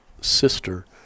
sister